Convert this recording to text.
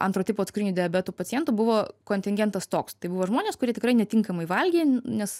antro tipo cukrinio diabeto pacientų buvo kontingentas toks tai buvo žmonės kurie tikrai netinkamai valgė nes